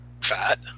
fat